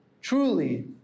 truly